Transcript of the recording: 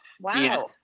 Wow